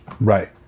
Right